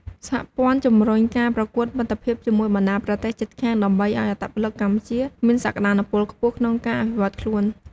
សហព័ន្ធជំរុញការប្រកួតមិត្តភាពជាមួយបណ្ដាប្រទេសជិតខាង ដើម្បីឲ្យអត្តពលិកកម្ពុជាមានសក្ដានុពលខ្ពស់ក្នុងការអភិវឌ្ឍន៍ខ្លួន។